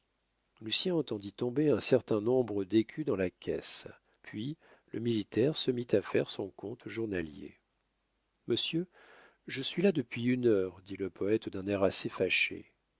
moi lucien entendit tomber un certain nombre d'écus dans la caisse puis le militaire se mit à faire son compte journalier monsieur je suis là depuis une heure dit le poète d'un air assez fâché